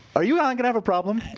are you and i and gonna have a problem?